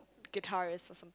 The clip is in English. guitarist or some